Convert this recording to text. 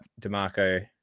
Demarco